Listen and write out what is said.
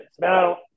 Now